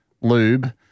lube